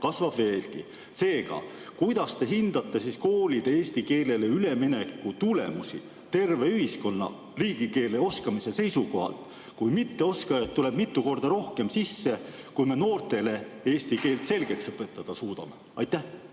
kasvab veelgi. Seega: kuidas te hindate koolide eesti keelele ülemineku tulemusi terve ühiskonna riigikeele oskamise seisukohalt, kui mitteoskajaid tuleb mitu korda rohkem sisse, kui me noortele eesti keelt selgeks õpetada suudame? Aitäh!